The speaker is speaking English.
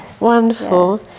Wonderful